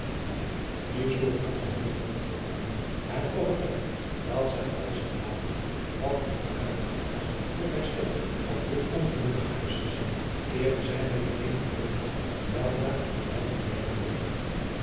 nu sloeg het hart van hillegonda veel ruimer en overtuigd dat zij alles gedaan had wat in hare magt was tot herstel van dit ongelukkig huisgezin keerde zij met de weduw krombalg weldra naar belvedere terug